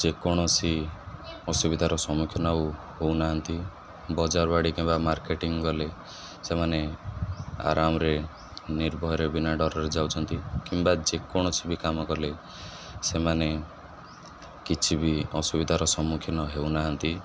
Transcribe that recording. ଯେକୌଣସି ଅସୁବିଧାର ସମ୍ମୁଖୀନ ଆଉ ହଉନାହାନ୍ତି ବଜାରବାଡ଼ି କିମ୍ବା ମାର୍କେଟିଂ ଗଲେ ସେମାନେ ଆରାମରେ ନିର୍ଭୟରେ ବିନା ଡରରେ ଯାଉଛନ୍ତି କିମ୍ବା ଯେକୌଣସି ବି କାମ କଲେ ସେମାନେ କିଛି ବି ଅସୁବିଧାର ସମ୍ମୁଖୀନ ହେଉନାହାନ୍ତି